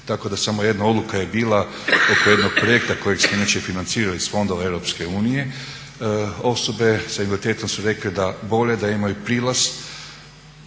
Tako da samo jedna odluka je bila oko jednog projekta kojeg smo inače financirali iz fondova EU. Osobe sa invaliditetom su rekle da bolje da imaju prilaz